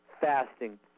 fasting